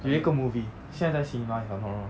like 有一个 movie 现在在 cinemas if I'm not wrong